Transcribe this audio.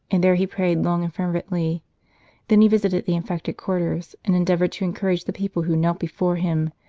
and there he prayed long and fervently then he visited the infected quarters, and endeavoured to encourage the people, who knelt before him,